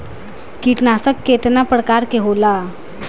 कीटनाशक केतना प्रकार के होला?